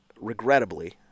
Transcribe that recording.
regrettably